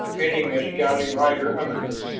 pinning its shouting rider under it.